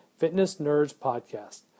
fitnessnerdspodcast